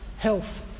health